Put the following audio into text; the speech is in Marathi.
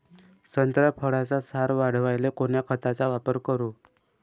संत्रा फळाचा सार वाढवायले कोन्या खताचा वापर करू?